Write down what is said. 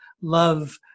love